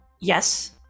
Yes